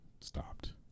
stopped